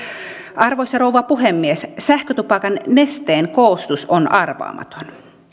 arvoisa rouva puhemies sähkötupakan nesteen koostumus on arvaamaton